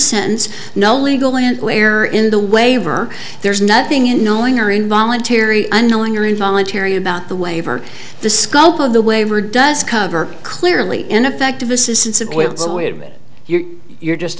sense no legal an error in the waiver there's nothing in knowing or involuntary unwilling or involuntary about the waiver the scope of the waiver does cover clearly ineffective assistance of your you're just